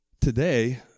Today